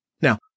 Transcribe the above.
Now